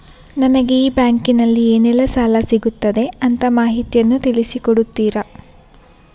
ನನಗೆ ಈ ಬ್ಯಾಂಕಿನಲ್ಲಿ ಏನೆಲ್ಲಾ ಸಾಲ ಸಿಗುತ್ತದೆ ಅಂತ ಮಾಹಿತಿಯನ್ನು ತಿಳಿಸಿ ಕೊಡುತ್ತೀರಾ?